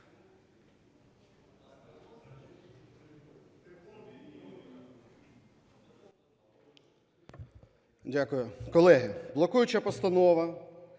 Дякую. Колеги, блокуюча постанова